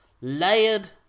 layered